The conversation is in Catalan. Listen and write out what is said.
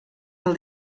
del